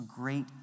great